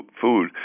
food